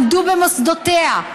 למדו במוסדותיה,